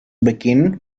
beginn